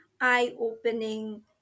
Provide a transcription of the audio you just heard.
eye-opening